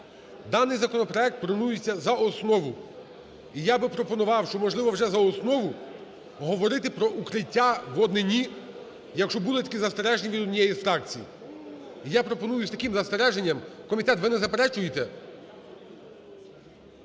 Даний законопроект пропонується за основу, і я б пропонував, що, можливо, вже за основу говорити про "Укриття" в однині, якщо були таке застереження від однієї з фракцій. І я пропоную з таким застереженням. Комітет, ви не заперечуєте?